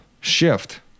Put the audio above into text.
shift